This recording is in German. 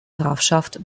grafschaft